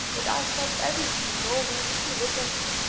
that i stopped every few moments to look at her.